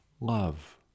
Love